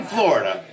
Florida